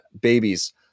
babies